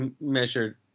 measured